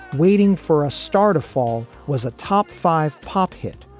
waiting for a star to fall was a top five pop hit,